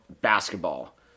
basketball